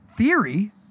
Theory